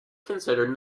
considered